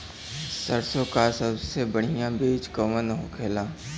सरसों का सबसे बढ़ियां बीज कवन होखेला?